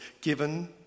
given